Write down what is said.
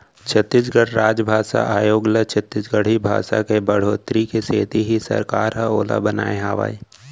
छत्तीसगढ़ राजभासा आयोग ल छत्तीसगढ़ी भासा के बड़होत्तरी के सेती ही सरकार ह ओला बनाए हावय